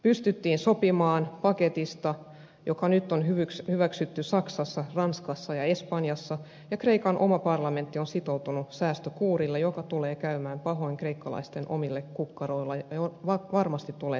pystyttiin sopimaan paketista joka nyt on hyväksytty saksassa ranskassa ja espanjassa ja kreikan oma parlamentti on sitoutunut säästökuurille joka tulee käymään pahasti kreikkalaisten omille kukkaroille ja varmasti tulee tekemään kipeätä